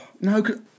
no